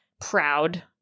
proud